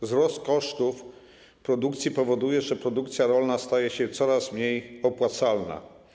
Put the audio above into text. Wzrost kosztów produkcji powoduje, że produkcja rolna staje się coraz mniej opłacalna.